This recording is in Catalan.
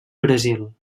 brasil